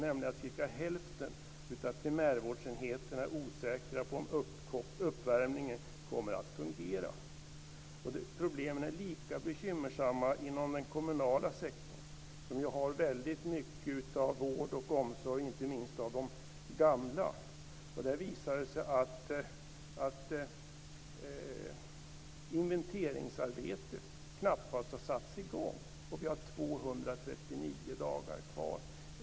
Det innebär att hälften av primärvårdsenheterna är osäkra på om uppvärmningen kommer att fungera. Problemen är lika bekymmersamma inom den kommunala sektorn, som ju svarar för väldigt mycket av vård och omsorg, inte minst om de gamla. Det visar sig att inventeringsarbetet knappt har satts i gång. Och vi har 239 dagar kvar!